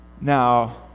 Now